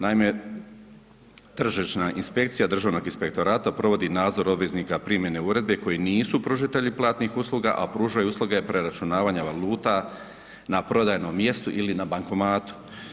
Naime, tržišna inspekcija Državnog inspektorata provodi nadzor obveznika primjene uredbe koji nisu pružatelji platnih usluga, a pružaju usluge preračunavanja valuta na prodajnom mjestu ili na bankomatu.